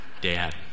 Dad